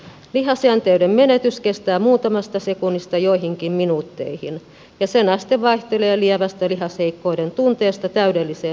lihasjänteyden menetys kestää muutamasta sekunnista joihinkin minuutteihin ja sen aste vaihtelee lievästä lihasheikkouden tunteesta täydelliseen voimattomuuteen